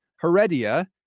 Heredia